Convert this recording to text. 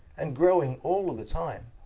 and growing all ah the time.